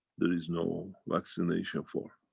there is no vaccination form.